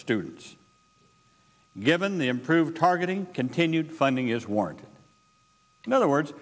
students given the improved targeting continued funding is worn in other words